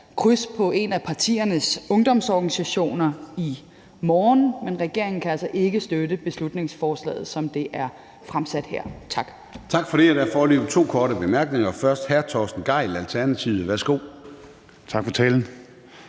kryds på en af partiernes ungdomsorganisationer i morgen, men regeringen kan altså ikke støtte beslutningsforslaget, som det her er fremsat. Tak.